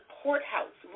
courthouse